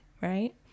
Right